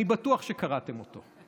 אני בטוח שקראתם אותו,